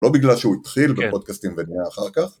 לא בגלל שהוא התחיל בפודקאסטים ונהיה אחר כך.